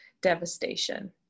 devastation